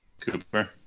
Cooper